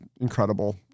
incredible